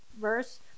verse